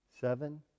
seven